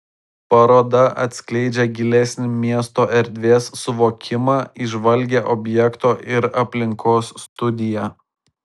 paroda atskleidžia gilesnį miesto erdvės suvokimą įžvalgią objekto ir aplinkos studiją